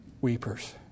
weepers